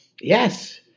Yes